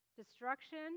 Destruction